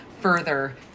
further